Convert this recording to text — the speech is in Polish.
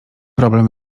problem